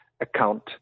account